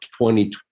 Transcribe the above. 2020